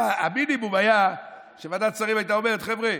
המינימום היה שוועדת שרים הייתה אומרת: חבר'ה,